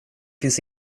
finns